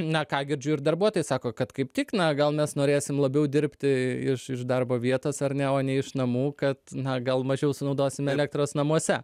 na ką girdžiu ir darbuotojai sako kad kaip tik na gal mes norėsim labiau dirbti iš iš darbo vietos ar ne o ne iš namų kad na gal mažiau sunaudosim elektros namuose